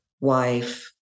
wife